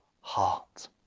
heart